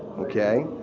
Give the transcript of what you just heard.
okay?